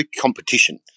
competition